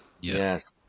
Yes